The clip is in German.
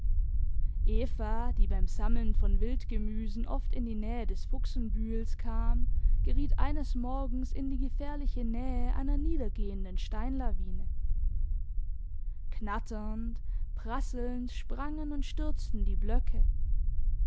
eva die beim sammeln von wildgemüse oft in die nähe des fuchsenbühels kam geriet eines morgens in die gefährliche nähe einer niedergehenden steinlawine knatternd prasselnd sprangen und stürzten die blöcke